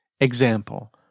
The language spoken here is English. Example